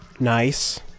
Nice